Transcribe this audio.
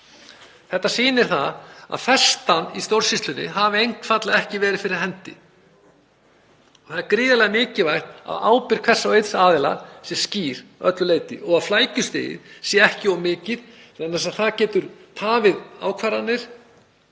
Þetta sýnir að festan í stjórnsýslunni hafi einfaldlega ekki verið fyrir hendi. Það er gríðarlega mikilvægt að ábyrgð hvers og eins aðila sé skýr að öllu leyti og flækjustigið sé ekki of mikið vegna þess að það getur tafið ákvarðanir